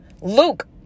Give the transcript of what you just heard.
Luke